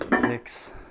six